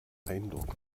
eindruck